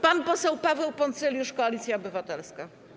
Pan poseł Paweł Poncyljusz, Koalicja Obywatelska.